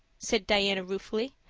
said diana ruefully.